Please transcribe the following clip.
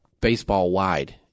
baseball-wide